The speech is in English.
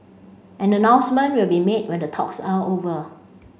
an announcement will be made when the talks are over